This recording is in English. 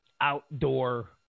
outdoor